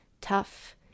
tough